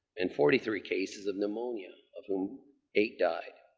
and forty three cases of pneumonia, of whom eight died.